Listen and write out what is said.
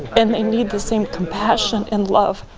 and they need the same compassion and love.